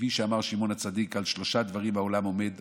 כפי שאמר שמעון הצדיק: על שלושה דברים העולם עומד,